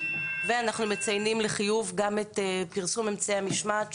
ואנחנו מציינים לחיוב גם את פרסום אמצעי המשמעת,